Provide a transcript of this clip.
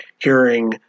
hearing